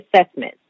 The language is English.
assessment